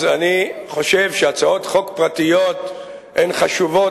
אני חושב שהצעות חוק פרטיות הן חשובות,